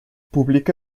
publica